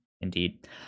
indeed